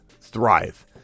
thrive